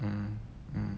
mm mm